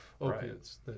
opiates